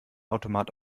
automat